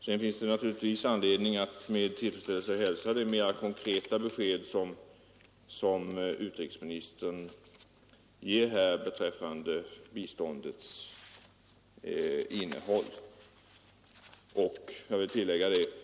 Det finns naturligtvis anledning att med tillfredsställelse hälsa det mera konkreta besked som utrikesministern gav beträffande biståndets innehåll.